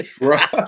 Right